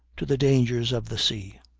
to the dangers of the sea.